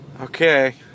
Okay